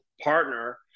partner